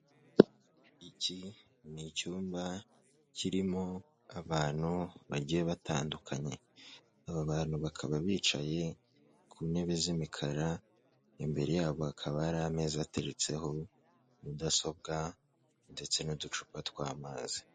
Iki ni icyumba kirimo abantu bagiye batandukanye, aba bantu bakaba bicaye ku ntebe z'imikara, imbere yabo hakaba hari ameza ateretseho mudasobwa ndetse n'uducupa tw'amazi.